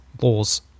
laws